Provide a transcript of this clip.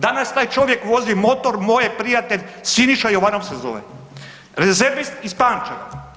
Danas taj čovjek vozi motor, moj je prijatelj Siniša Jovanov se zove, rezervist iz Pančeva.